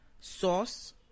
sauce